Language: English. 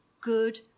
good